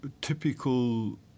Typical